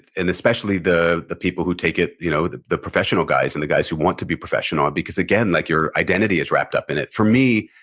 and especially the the people who take it, you know the the professional guys and the guys who want to be profession, because again, like your identity is wrapped up in it. for me,